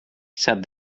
sat